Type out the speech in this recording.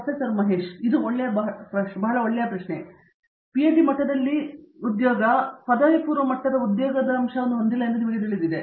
professor Mahesh V Panchanala ಇದು ಬಹಳ ಒಳ್ಳೆಯ ಪ್ರಶ್ನೆ ಪಿಎಚ್ಡಿ ಮಟ್ಟದಲ್ಲಿ ಉದ್ಯೊಗ ಪದವಿಪೂರ್ವ ಮಟ್ಟದ ಉದ್ಯೋಗವನ್ನು ಹೊಂದಿಲ್ಲ ಎಂದು ನಿಮಗೆ ತಿಳಿದಿದೆ